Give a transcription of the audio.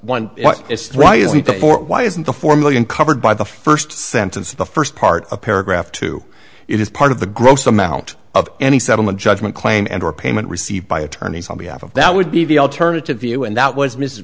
one why isn't the four million covered by the first sentence of the first part of paragraph two it is part of the gross amount of any settlement judgment claim and or payment received by attorneys on behalf of that would be the alternative view and that was mrs